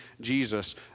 Jesus